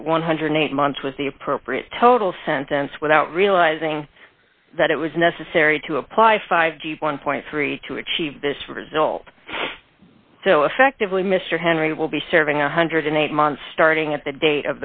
that one hundred and eight months was the appropriate total sentence without realizing that it was necessary to apply fifty one dollars to achieve this result so effectively mr henry will be serving a one hundred and eight months starting at the date